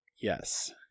yes